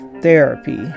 Therapy